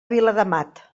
viladamat